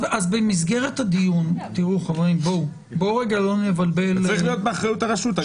ניהול הפורטל צריך להיות באחריות הרשות.